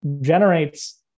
generates